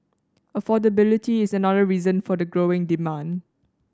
affordability is another reason for the growing demand